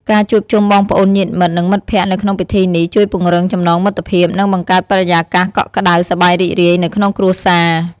ការជួបជុំបងប្អូន ញាតិមិត្ត និងមិត្តភ័ក្តិនៅក្នុងពិធីនេះ ជួយពង្រឹងចំណងមិត្តភាព និងបង្កើតបរិយាកាសកក់ក្ដៅ សប្បាយរីករាយនៅក្នុងគ្រួសារ។